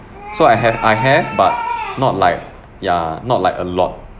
so I have I have but not like ya not like a lot